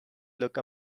look